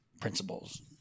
principles